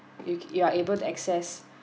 if you are able to access